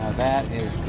that is